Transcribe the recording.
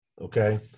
Okay